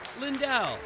Lindell